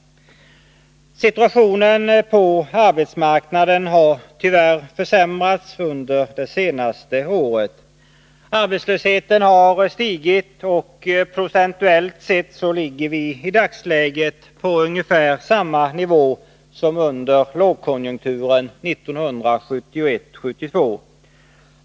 Situationen på arbetsmarknaden har tyvärr försämrats under det senaste året. Arbetslösheten har stigit och procentuellt sett ligger vi i dagsläget på ungefär samma nivå som under lågkonjunkturen 1971/72.